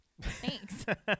Thanks